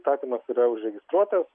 įstatymas yra užregistruotas